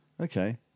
Okay